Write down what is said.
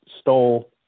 stole